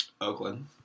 Oakland